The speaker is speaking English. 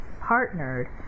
partnered